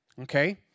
okay